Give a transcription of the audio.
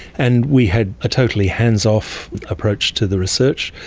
and we had a totally hands off approach to the research,